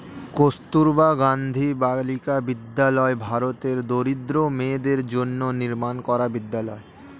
কস্তুরবা গান্ধী বালিকা বিদ্যালয় ভারতের দরিদ্র মেয়েদের জন্য নির্মাণ করা বিদ্যালয়